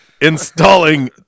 installing